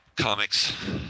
comics